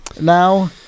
now